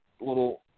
little